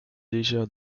déjà